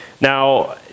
Now